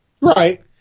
right